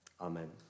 Amen